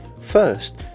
First